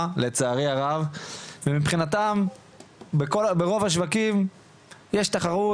לצערי הרב ומבחינתם ברוב השווקים יש תחרות,